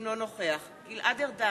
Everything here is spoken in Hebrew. אינו נוכח גלעד ארדן,